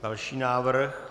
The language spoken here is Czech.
Další návrh.